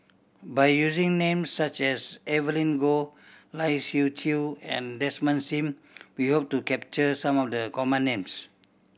by using names such as Evelyn Goh Lai Siu Chiu and Desmond Sim we hope to capture some of the common names